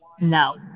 No